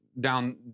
down